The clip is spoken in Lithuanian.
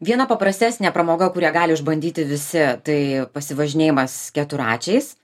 viena paprastesnė pramoga kurią gali išbandyti visi tai pasivažinėjimas keturračiais